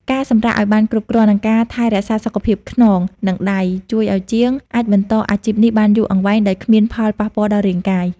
ការសម្រាកឱ្យបានគ្រប់គ្រាន់ និងការថែរក្សាសុខភាពខ្នង និងដៃ ជួយឱ្យជាងអាចបន្តអាជីពនេះបានយូរអង្វែងដោយគ្មានផលប៉ះពាល់ដល់រាងកាយ។